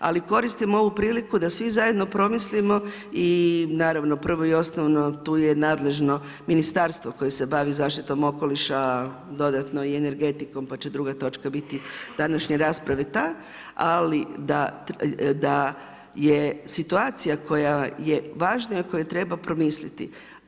Ali, koristim ovu priliku da svi zajedno promislimo i naravno, prvo i osnovno tu je nadležno ministarstvo koje se bavi zaštitom okoliša, dodatnoj i energetikom, pa će druga točka biti današnje rasprave ta, ali da je situacija koja je važna i o kojoj treba promisliti.